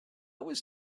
was